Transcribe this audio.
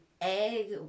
egg